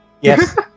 Yes